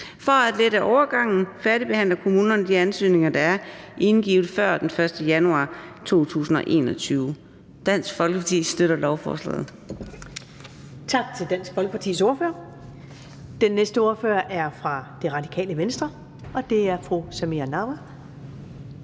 For at lette overgangen færdigbehandler kommunerne de ansøgninger, der er indgivet før den 1. januar 2021. Dansk Folkeparti støtter lovforslaget. Kl. 15:49 Første næstformand (Karen Ellemann): Tak til Dansk Folkepartis ordfører. Den næste ordfører er fra Det Radikale Venstre, og det er fru Samira Nawa.